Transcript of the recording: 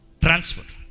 transfer